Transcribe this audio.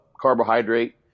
carbohydrate